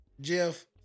Jeff